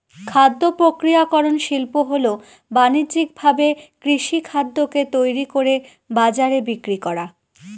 খাদ্য প্রক্রিয়াকরন শিল্প হল বানিজ্যিকভাবে কৃষিখাদ্যকে তৈরি করে বাজারে বিক্রি করা